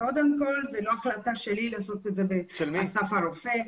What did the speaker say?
קודם כול זו לא החלטה שלי לעשות את זה באסף הרופא,